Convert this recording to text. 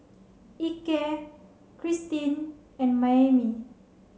Ike Kristine and Maymie